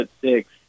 six